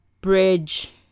bridge